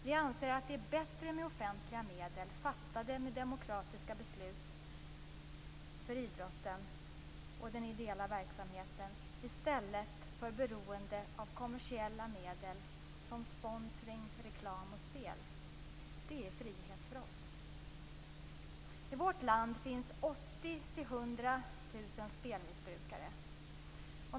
Vi anser att det är bättre med offentliga medel, anslagna genom demokratiskt fattade beslut, för idrotten och den ideella verksamheten i stället för beroende av kommersiella medel som sponsring, reklam och spel. Det är frihet för oss. I vårt land finns 80 000-100 000 spelmissbrukare.